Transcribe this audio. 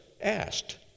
asked